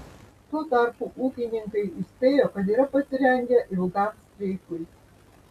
tuo tarpu ūkininkai įspėjo kad yra pasirengę ilgam streikui